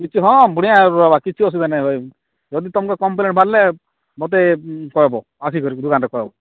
କିଛି ହଁ ବଢ଼ିଆ ରହିବା କିଛି ଅସୁବିଧା ନାଇଁ ହଏ ଯଦି ତୁମକୁ କମ୍ପ୍ଲେନ୍ ବାହାରିଲେ ମୋତେ କହେବ ଆସିକରି ଦୁକାନଠେ କହେବ